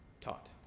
taught